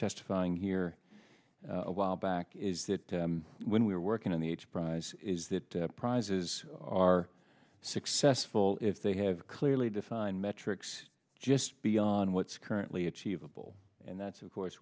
testifying here awhile back is that when we were working on the h prize is that prizes are successful if they have clearly defined metrics just beyond what's currently achievable and that's of course